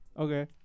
Okay